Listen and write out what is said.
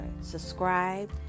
subscribe